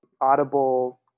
audible